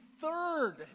third